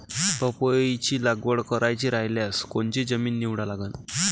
पपईची लागवड करायची रायल्यास कोनची जमीन निवडा लागन?